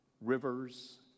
rivers